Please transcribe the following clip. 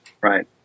right